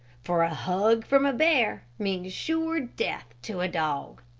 for a hug from a bear means sure death to a dog.